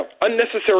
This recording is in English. unnecessary